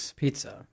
pizza